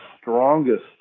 strongest